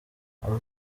abo